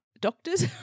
doctors